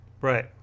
right